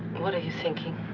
what are you thinking?